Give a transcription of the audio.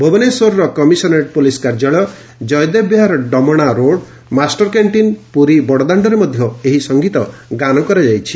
ଭୁବନେଶ୍ୱରର commissionerate police କାର୍ଯ୍ୟାଳୟ କୟଦେବ ବିହାର ଡମଣା ରୋଡ୍ ମାଷ୍ଟରକ୍ୟାଷ୍ଟିନ୍ ପୁରୀ ବଡ଼ଦାଷରେ ମଧ ଏହି ସଙ୍ଗୀତ ଗାନ କରାଯାଇଛି